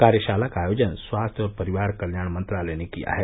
कार्यशाला का आयोजन स्वास्थ्य और परिवार कल्याण मंत्रालय ने किया है